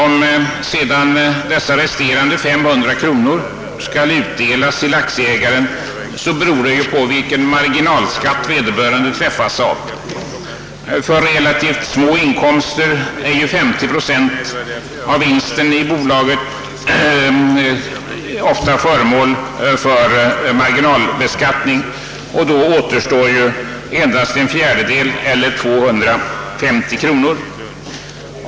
Om sedan dessa resterande 300 kronor skall utdelas till aktieägaren, blir beskattningen beroende av den marginalskatt denne har. För relativt små inkomster är marginalskatten på den erhållna utdelningen ofta 50 procent. Då återstår endast en fjärdedel eller 250 kronor.